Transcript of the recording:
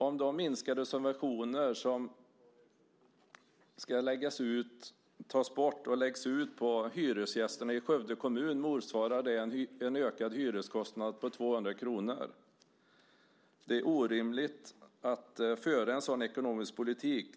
Om de minskade subventionerna ska tas bort och läggas ut på hyresgästerna i Skövde kommun motsvarar det en ökad hyreskostnad på 200 kr. Det är orimligt att föra en sådan ekonomisk politik.